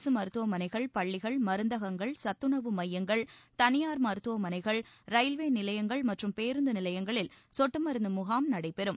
அரசு மருத்துவமனைகள் பள்ளிகள் மருந்தகங்கள் சத்துணவு மையங்கள் தனியார் மருத்துவமனைகள் ரயில்வே நிலையங்கள் மற்றும் பேருந்து நிலையங்களில் சொட்டுமருந்து முகாம் நடைபெறும்